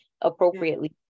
appropriately